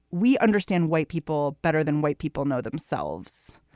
we understand white people better than white people know themselves.